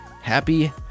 happy